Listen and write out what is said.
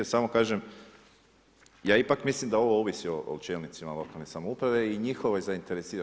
Samo kažem, ja ipak mislim da ovo ovisi o čelnicima lokalne samouprave i njihove zainteresiranosti.